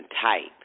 type